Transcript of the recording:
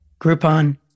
Groupon